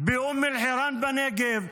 באום אל-חיראן בנגב,